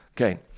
Okay